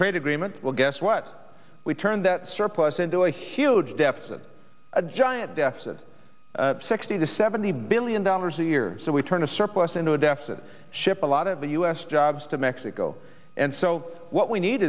trade agreement well guess what we turned that surplus into a huge deficit a giant deficit sixty to seventy billion dollars a year so we turned a surplus into a deficit ship a lot of the u s jobs to mexico and so what we need